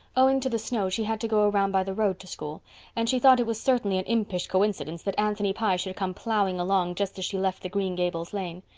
owing to the snow she had to go around by the road to school and she thought it was certainly an impish coincidence that anthony pye should come ploughing along just as she left the green gables lane.